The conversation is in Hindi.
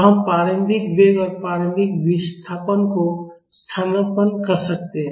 तो हम प्रारंभिक वेग और प्रारंभिक विस्थापन को स्थानापन्न कर सकते हैं